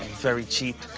very cheap.